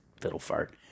fiddle-fart